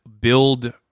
build